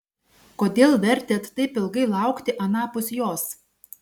kodėl vertėt taip ilgai laukti anapus jos